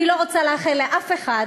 אני לא רוצה לאחל לאף אחד